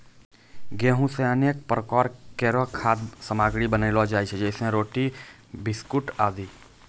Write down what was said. गेंहू सें अनेक प्रकार केरो खाद्य सामग्री बनैलो जाय छै जैसें रोटी, बिस्कुट आदि